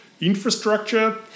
infrastructure